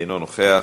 אינו נוכח,